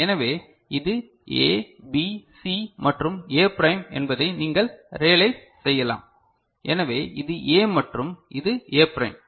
எனவே இது A B C மற்றும் A prime என்பதை நீங்கள் ரியலைஸ் செய்யலாம் எனவே இது A மற்றும் இது A ப்ரைம்